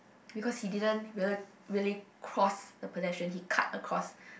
because he didn't really really cross the pedestrian he cut across